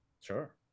sure